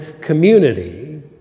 community